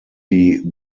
die